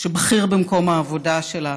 שבכיר במקום העבודה שלה